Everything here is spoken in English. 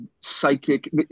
psychic